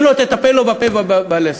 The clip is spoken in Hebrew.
אם לא תטפל לו בפה ובלסת?